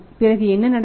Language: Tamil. பிறகு என்ன நடக்கும்